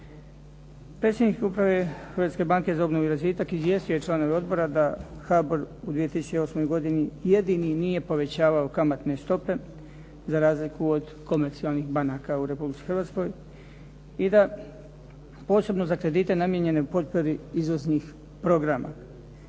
Predsjednik Uprave Hrvatske banke za obnovu i razvitak izvijestio je članove odbora da HBOR u 2008. jedini nije povećavao kamatne stope za razliku od komercijalnih banaka u Republici Hrvatskoj i da posebno za kredite namijenjene potpori izvoznih programa.